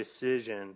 decision